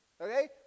okay